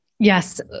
Yes